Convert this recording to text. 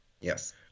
Yes